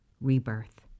rebirth